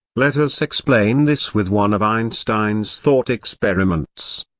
let us explain this with one of einstein's thought experiments.